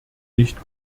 nicht